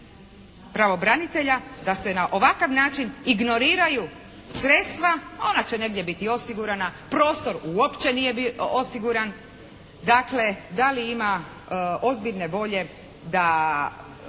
pravobranitelja da se na ovakav način ignoriraju sredstva. Ona će negdje biti osigurana, prostor uopće nije osiguran. Dakle, da li ima ozbiljne volje da